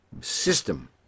system